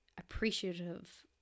appreciative